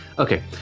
Okay